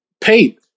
paid